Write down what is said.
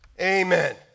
Amen